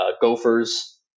Gophers